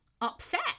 upset